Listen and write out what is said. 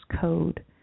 code